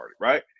right